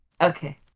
Okay